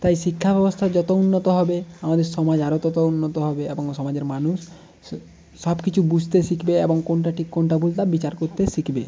তাই শিক্ষা ব্যবস্থা যত উন্নত হবে আমাদের সমাজ আরো তত উন্নত হবে এবং সমাজের মানুষ সব কিছু বুঝতে শিখবে এবং কোনটা ঠিক কোনটা ভুল তা বিচার করতে শিখবে